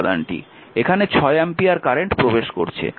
এখানে 6 ampere current প্রবেশ করছে